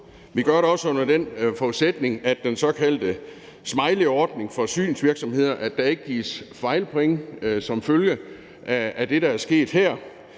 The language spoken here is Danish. Vi gør det også under den forudsætning, at der i den såkaldte smileyordning for synsvirksomheder ikke gives fejlpoint som følge af det, der er sket her.